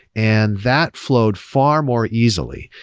and that flowed far more easily.